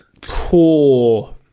Poor